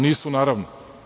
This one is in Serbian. Nisu, naravno.